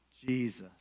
Jesus